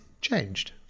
changed